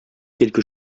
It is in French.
quelque